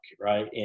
right